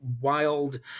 wild